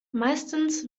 meistens